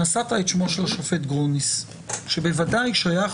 נשאת את שמו של השופט גרוניס שבוודאי שייך